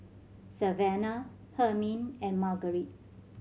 Savanah Hermine and Margarite